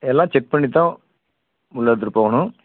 எல்லாம் செக் பண்ணித்தான் உள்ள எடுத்துகிட்டு போகணும்